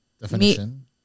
definition